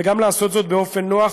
וגם לעשות זאת באופן נוח,